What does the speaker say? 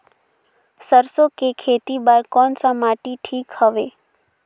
सरसो के खेती बार कोन सा माटी ठीक हवे?